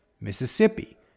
Mississippi